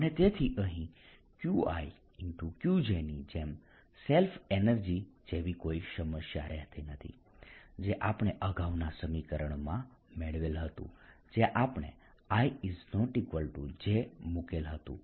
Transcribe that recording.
અને તેથી અહીં Qi Qj ની જેમ સેલ્ફ એનર્જી જેવી કોઈ સમસ્યા રહેતી નથી જે આપણે અગાઉના સમીકરણમાં મેળવેલ હતું જ્યાં આપણે ij મુકેલ હતું